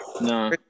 No